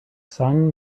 sun